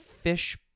fish